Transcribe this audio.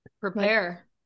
Prepare